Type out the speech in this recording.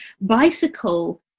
bicycle